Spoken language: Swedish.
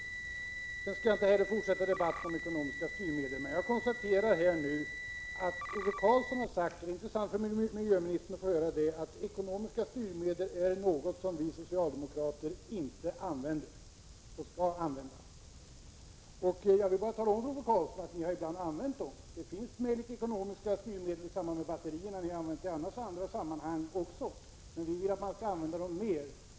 Jag skall inte heller fortsätta debatten om ekonomiska styrmedel, men jag konstaterar att Ove Karlsson har sagt — vilket måste vara intressant för miljöministern att höra: Ekonomiska styrmedel är någonting som vi socialdemokrater inte använder och inte skall använda. Jag vill bara tala om för Ove Karlsson att ni ibland har använt dem ändå. Det finns möjligheter till ekonomiska styrmedel i samband med batterierna, och ni har använt sådana även i andra sammanhang, men vi vill att man skall använda dem mera.